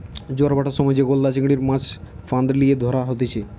জোয়ার ভাঁটার সময় যে গলদা চিংড়ির, মাছ ফাঁদ লিয়ে ধরা হতিছে